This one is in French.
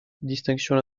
distinctions